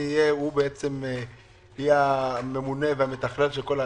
יהיה הממונה והמתכלל של כל השמיטה...